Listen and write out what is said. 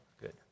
Good